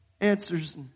Answers